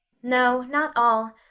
no, not all.